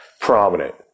prominent